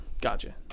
gotcha